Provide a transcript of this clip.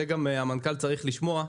את זה גם המנכ"ל צריך לשמוע,